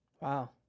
Wow